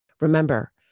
Remember